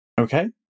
okay